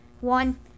one